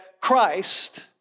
Christ